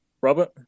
Robert